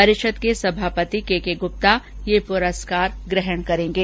परिषद के सभापित के के गुप्ता ये पुरस्कार ग्रहण करेंगे